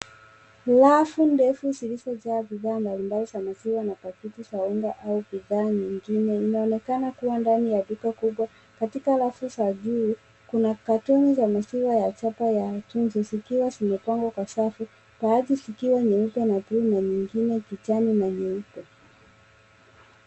Rafu ndefu zilizojaa bidhaa mbalimbali za maziwa na pakiti za unga au bidhaa nyingine, inaonekana kuwa ndani ya duka kubwa. Katika rafu za juu kuna katoni za maziwa ya chapa ya Tuzo zikiwa zimepangwa kwa safu baadhi zikiwa ni mpya na bluu na mengine kijani na nyeupe.